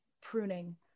pruning